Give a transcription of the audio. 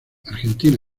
argentina